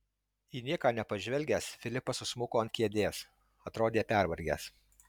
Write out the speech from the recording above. į nieką nepažvelgęs filipas susmuko ant kėdės atrodė pervargęs